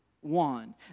one